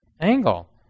angle